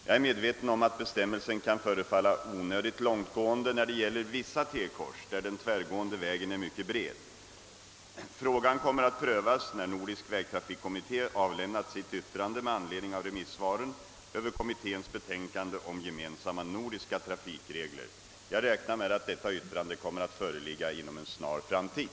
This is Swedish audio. Jag är medveten om att bestämmelsen kan förefalla onödigt långtgående när det gäller vissa T-kors, där den tvärgående vägen är mycket bred. Frågan kommer att prövas när Nordisk vägtrafikkommitté avlämnat sitt yttrande med anledning av remissvaren över kommitténs betänkande om gemensamma nordiska trafikregler. Jag räknar med att detta yttrande kommer att föreligga inom en snar framtid.